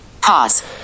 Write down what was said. Pause